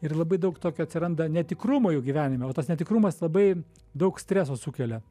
ir labai daug tokio atsiranda netikrumo jų gyvenime va tas netikrumas labai daug streso sukelia